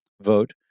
vote